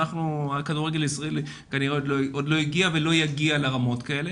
שהכדורגל הישראלי כנראה עוד לא הגיע ולא יגיע לרמות כאלה.